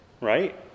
right